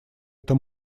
это